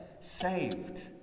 saved